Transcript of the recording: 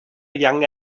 young